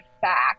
fact